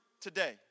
today